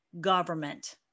government